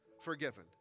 forgiven